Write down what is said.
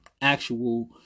actual